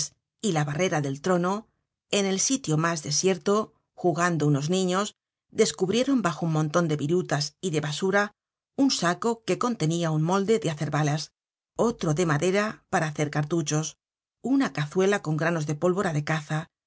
y la barrera del trono en el sitio mas desierto jugando unos niños descubrieron bajo un monton de virutas y de basura un saco que contenia un molde de hacer balas otro de madera para hacer cartuchos una cazuela con granos de pólvora de caza